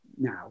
now